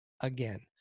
again